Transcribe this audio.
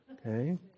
Okay